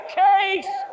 case